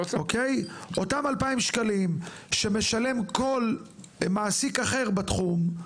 אותם 2,000 שקלים שמשלם כל מעסיק אחר בתחום,